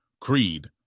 Creed